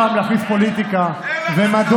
כדי גם שם להכניס פוליטיקה ומדון,